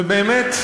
ובאמת,